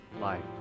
life